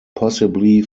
possibly